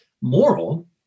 moral